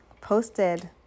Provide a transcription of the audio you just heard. posted